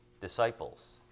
disciples